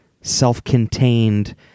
self-contained